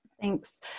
Thanks